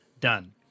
done